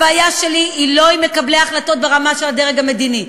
הבעיה שלי היא לא עם מקבלי ההחלטות ברמה של הדרג המדיני.